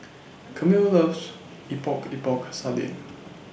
Camille loves Epok Epok Sardin